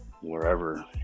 wherever